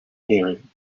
herring